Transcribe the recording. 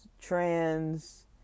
trans